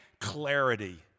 clarity